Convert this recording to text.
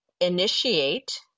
initiate